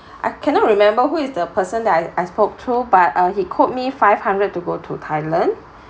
I cannot remember who is the person that I I spoke to but uh he quote me five hundred to go to thailand